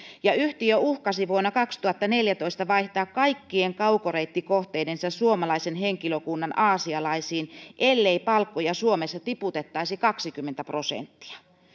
yhtiö uhkasi vuonna kaksituhattaneljätoista vaihtaa kaikkien kaukoreittikohteidensa suomalaisen henkilökunnan aasialaisiin ellei palkkoja suomessa tiputettaisi kaksikymmentä prosenttia